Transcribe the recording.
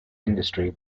industry